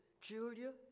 Julia